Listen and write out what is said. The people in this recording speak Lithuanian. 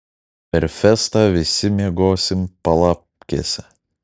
per festą visi miegosim palapkėse